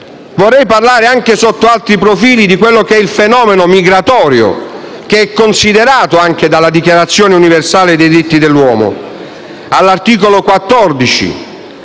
Vorrei parlare anche sotto altri profili del fenomeno migratorio, che è considerato anche dalla Dichiarazione universale dei diritti umani all'articolo 14,